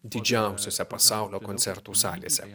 didžiausiose pasaulio koncertų salėse